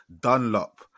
Dunlop